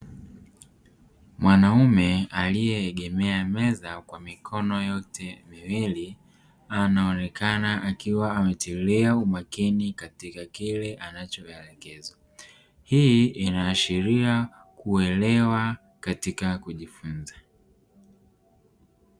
Mwanaume aliyeegemea meza kwa mikono yote miwili anaonekana akiwa ametilia umakini katika kile anachoelekezwa, hii inaashiria kuelewa katika kujifunza.